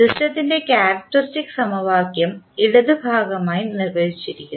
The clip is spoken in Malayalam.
സിസ്റ്റത്തിൻറെ ക്യാരക്ക്റ്ററിസ്റ്റിക് സമവാക്യം ഇടത് ഭാഗമായി നിർവചിച്ചിരിക്കുന്നു